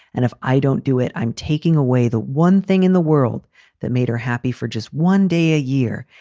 and if i don't do it, i'm taking away the one thing in the world that made her happy for just one day a year.